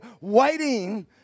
waiting